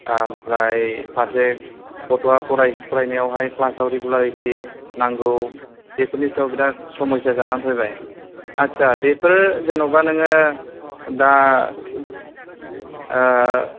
ओमफ्राइ फारसे गथ'आ फराय फरायनायाव क्लासाव रिगुलारिथि नांगौ बेफोरनि सायाव बिराद समयसा जानानै फैबाय आच्छा बेफोर जेन'बा नोङो दा